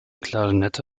klarinette